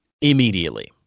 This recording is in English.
immediately